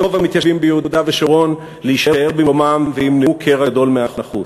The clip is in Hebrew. המתיישבים ביהודה ושומרון להישאר במקומם וימנעו קרע גדול מהנחוץ.